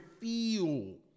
feel